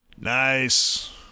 Nice